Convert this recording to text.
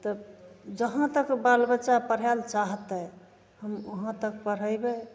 तब जहाँ तक बाल बच्चा पढ़ैले चाहतै हम वहाँ तक पढ़ेबै